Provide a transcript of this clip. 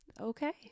okay